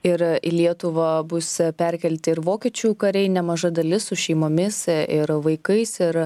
ir į lietuvą bus perkelti ir vokiečių kariai nemaža dalis su šeimomis ir vaikais ir